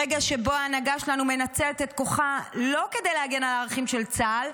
רגע שבו ההנהגה שלנו מנצלת את כוחה לא כדי להגן על הערכים של צה"ל,